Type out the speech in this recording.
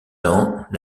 temps